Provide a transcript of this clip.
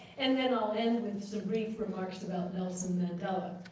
and then i'll end with some brief remarks about nelson mandela.